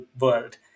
world